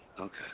Okay